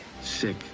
Sick